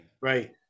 Right